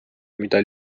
mida